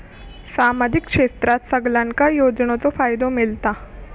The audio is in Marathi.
सामाजिक क्षेत्रात सगल्यांका योजनाचो फायदो मेलता?